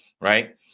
Right